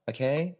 Okay